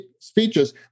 speeches